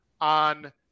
on